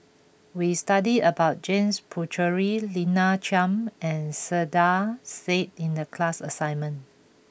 we studied about James Puthucheary Lina Chiam and Saiedah Said in the class assignment